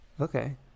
okay